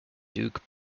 duke